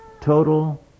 total